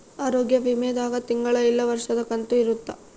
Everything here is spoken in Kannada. ಆರೋಗ್ಯ ವಿಮೆ ದಾಗ ತಿಂಗಳ ಇಲ್ಲ ವರ್ಷದ ಕಂತು ಇರುತ್ತ